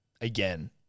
again